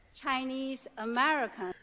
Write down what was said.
Chinese-American